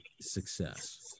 success